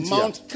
Mount